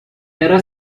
era